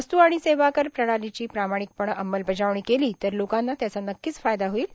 वस्तू आणि सेवा कर प्रणालीची प्रामाणिकपणे अमलबजावणी केली तर लोकांना त्याचा नक्कीच फायदा होईल